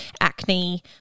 acne